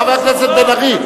חבר הכנסת בן-ארי.